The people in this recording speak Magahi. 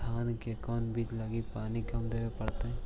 धान के कोन बिज लगईऐ कि पानी कम देवे पड़े?